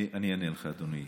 אני אענה לך, אדוני.